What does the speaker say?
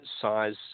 size